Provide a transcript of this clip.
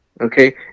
okay